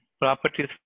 properties